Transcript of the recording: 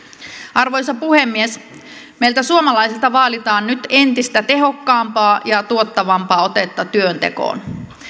arvoisa puhemies meiltä suomalaisilta vaaditaan nyt entistä tehokkaampaa ja tuottavampaa otetta työntekoon